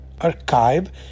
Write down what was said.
archive